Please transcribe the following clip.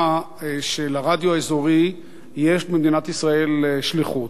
שלרדיו האזורי יש במדינת ישראל שליחות.